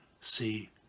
see